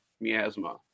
Miasma